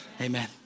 Amen